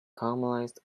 caramelized